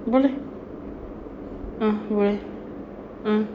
boleh mm boleh mm